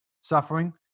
suffering